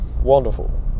wonderful